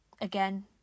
Again